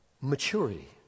Maturity